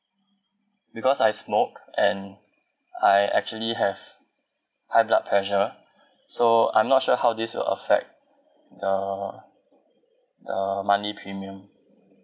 because I smoke and I actually have high blood pressure so I'm not sure how this will affect the the monthly premium